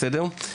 בסדר?